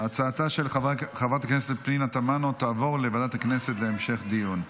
הצעתה של חברת הכנסת פנינה תמנו תעבור לוועדת הכנסת להמשך דיון.